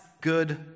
good